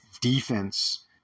defense